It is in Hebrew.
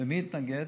ומי התנגד?